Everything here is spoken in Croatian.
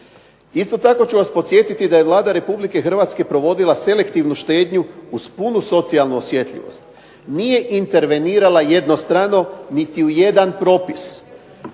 Isto tako ću vas podsjetiti da je Vlada Republike Hrvatske provodila selektivnu štednju uz punu socijalnu osjetljivost. Nije intervenirala jednostrano niti u jedan propis